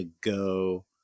go